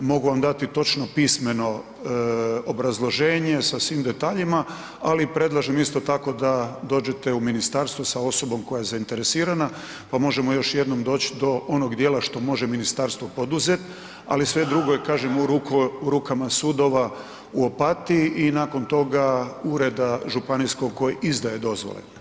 Mogu vam dati točno pismeno obrazloženje sa svim detaljima ali predlažem isto tako da dođete u ministarstvo sa osobom koja je zainteresirana pa možemo još jednom doći do onog djela što može ministarstvo poduzeti, ali sve drugo je kažem u rukama sudova u Opatiji i nakon toga ureda županijskog koji izdaje dozvole.